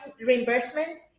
reimbursement